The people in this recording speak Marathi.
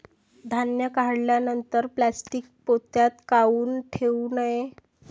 धान्य काढल्यानंतर प्लॅस्टीक पोत्यात काऊन ठेवू नये?